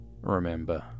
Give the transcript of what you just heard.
remember